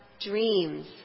dreams